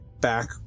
back